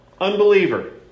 unbeliever